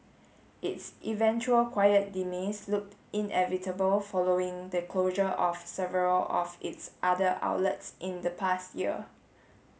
its eventual quiet demise looked inevitable following the closure of several of its other outlets in the past year